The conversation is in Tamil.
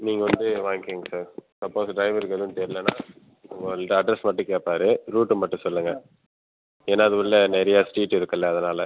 நீங்கள் வந்து வாங்கிங்க சார் சப்போஸ் ட்ரைவருக்கு எதுவும் தெரிலனா உங்கள்கிட்ட அட்ரஸ் மட்டும் கேட்பாரு ரூட்டு மட்டும் சொல்லுங்கள் ஏனால் அது உள்ளே நிறையா ஸ்ட்ரீட் இருக்குதுல அதனால்